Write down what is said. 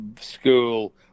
school